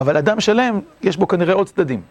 אבל אדם שלם, יש בו כנראה עוד צדדים.